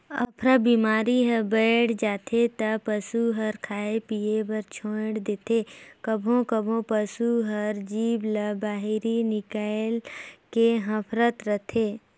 अफरा बेमारी ह बाड़ जाथे त पसू ह खाए पिए बर छोर देथे, कभों कभों पसू हर जीभ ल बहिरे निकायल के हांफत रथे